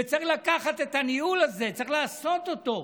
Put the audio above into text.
צריך לקחת את הניהול הזה, צריך לעשות אותו.